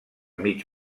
mig